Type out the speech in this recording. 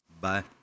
Bye